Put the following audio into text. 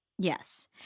Yes